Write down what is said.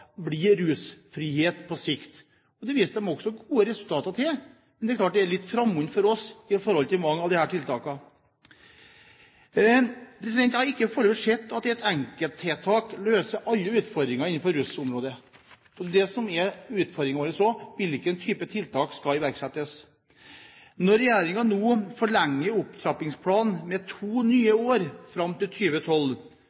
rusfrihet på sikt. Dette viste de også gode resultater på, men det er klart at mange av disse tiltakene er litt fremmede for oss. Jeg har ikke foreløpig sett at ett enkelttiltak løser alle utfordringer innenfor rusområdet. Så det som også er utfordringen vår, er hvilken type tiltak som skal iverksettes. Når regjeringen nå forlenger opptrappingsplanen med to nye